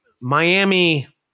Miami